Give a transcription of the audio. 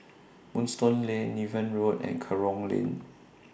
Moonstone Lane Niven Road and Kerong Lane